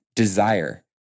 desire